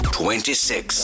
twenty-six